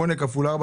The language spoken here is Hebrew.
כמה זה 8 כפול 4?